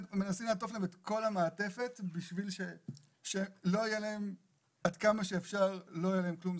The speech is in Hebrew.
מנסים לעטוף להם את כל המעטפת בשביל שעד כמה שאפשר לא יהיה להם כלום.